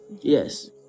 Yes